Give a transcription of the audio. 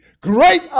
great